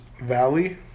Valley